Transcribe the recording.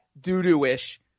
doo-doo-ish